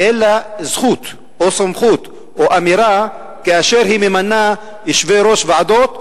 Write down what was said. אין לה זכות או סמכות או אמירה כאשר היא ממנה יושבי-ראש ועדות,